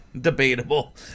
Debatable